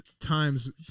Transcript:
times